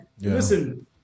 listen